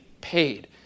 paid